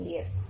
Yes